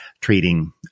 trading